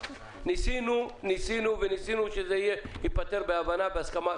ניסינו שזה ייפתר בהבנה ובהסכמה.